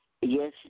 Yes